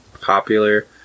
popular